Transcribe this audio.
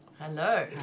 Hello